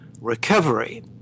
recovery